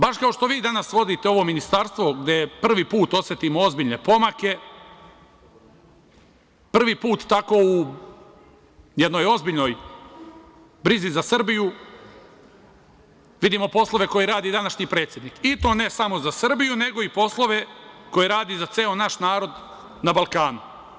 Baš kao što vi danas vodite ovo Ministarstvo, gde prvi put osetimo ozbiljne pomake, prvi put tako u jednoj ozbiljnoj brizi za Srbiju vidimo poslove koje radi današnji predsednik, i to ne samo za Srbiju, nego i poslove koje radi za ceo naš narod na Balkanu.